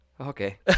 okay